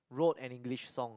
wrote an English song